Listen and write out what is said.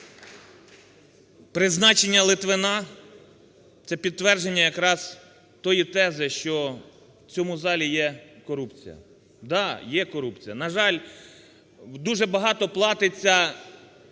Призначення Литвина – це підтвердження якраз тої тези, що в цьому залі є корупція, да, є корупція. На жаль, дуже багато платиться з